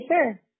sure